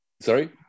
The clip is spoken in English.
Sorry